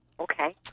Okay